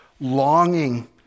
Longing